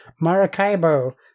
Maracaibo